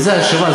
איזו האשמה.